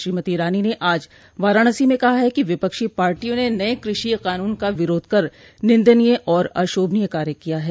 श्रीमती ईरानी ने आज वाराणसी में कहा कि विपक्षी पार्टियां ने नये कृषि कानून का विरोध कर निन्दनीय और अशोभनीय कार्य किया है